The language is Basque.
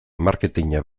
marketina